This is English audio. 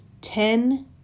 Ten